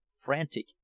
frantic